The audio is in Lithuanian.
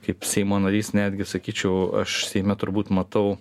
kaip seimo narys netgi sakyčiau aš seime turbūt matau